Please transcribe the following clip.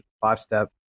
five-step